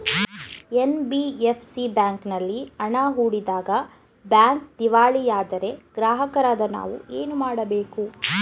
NBFC ಬ್ಯಾಂಕಿನಲ್ಲಿ ಹಣ ಹೂಡಿದಾಗ ಬ್ಯಾಂಕ್ ದಿವಾಳಿಯಾದರೆ ಗ್ರಾಹಕರಾದ ನಾವು ಏನು ಮಾಡಬೇಕು?